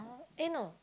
eh no